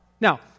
Now